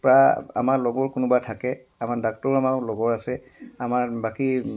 প্ৰায় আমাৰ লগৰ কোনোবা থাকে আমাৰ ডাক্তৰো আমাৰ লগৰ আছে আমাৰ বাকী